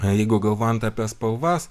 jeigu galvojant apie spalvas